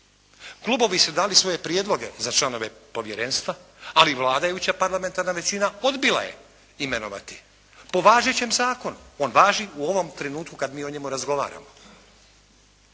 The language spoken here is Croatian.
Klubovi su dali svoje prijedloge za članove povjerenstva ali vladajuća parlamentarna većina odbila je imenovati po važećem zakonu. On važi u ovom trenutku kad mi o njemu razgovaramo.